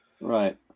Right